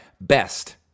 Best